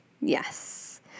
Yes